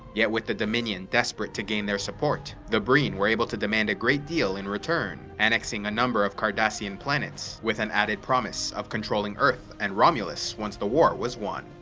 yet with the dominion desperate to gain their support, the breen were able to demand a great deal in return, annexing a number of cardassian planets, with an added promise of controlling earth and romulus once the war was won.